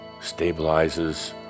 stabilizes